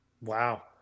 Wow